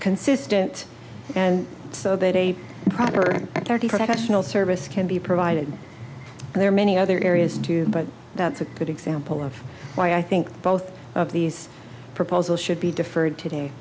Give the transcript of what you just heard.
consistent and so that a proper authority professional service can be provided there are many other areas too but that's a good example of why i think both of these proposals should be deferred to